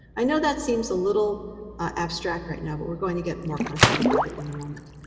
i know that seems a little abstract right now, but we're going to get more concrete about it in the moment.